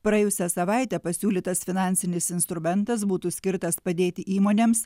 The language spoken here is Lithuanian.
praėjusią savaitę pasiūlytas finansinis instrumentas būtų skirtas padėti įmonėms